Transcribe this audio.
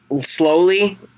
slowly